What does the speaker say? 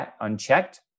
unchecked